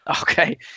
Okay